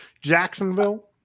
Jacksonville